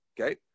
Okay